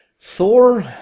Thor